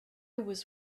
was